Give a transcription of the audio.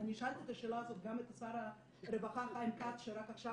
אני שאלתי את השאלה הזו גם את שר הרווחה חיים כץ שרק עכשיו